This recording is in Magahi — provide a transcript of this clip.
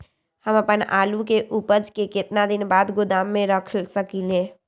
हम अपन आलू के ऊपज के केतना दिन बाद गोदाम में रख सकींले?